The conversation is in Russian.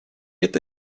это